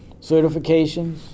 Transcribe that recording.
certifications